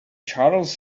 charles